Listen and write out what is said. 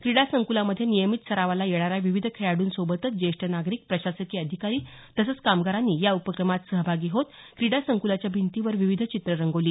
क्रीडा संकुलामध्ये नियमित सरावाला येणाऱ्या विविध खेळाडूंसोबतच ज्येष्ठ नागरिक प्रशासकीय अधिकारी तसंच कामगारांनी या उपक्रमात सहभागी होत क्रीडा संकुलाच्या भिंतीवर विविध चित्रं रंगवली